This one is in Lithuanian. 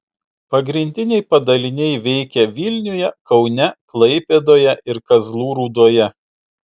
pagrindiniai padaliniai veikia vilniuje kaune klaipėdoje ir kazlų rūdoje